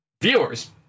viewers